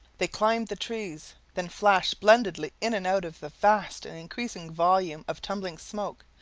they climbed the trees, then flashed splendidly in and out of the vast and increasing volume of tumbling smoke,